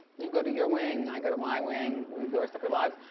you go to your wing, i go to my wing. we do our separate lives.